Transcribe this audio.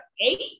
eight